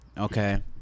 okay